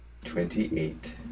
Twenty-eight